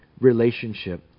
relationship